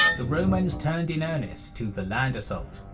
the romans turned in earnest to the land assault.